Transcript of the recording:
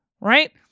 right